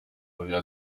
oya